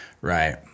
Right